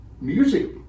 music